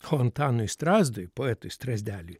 o antanui strazdui poetui strazdeliui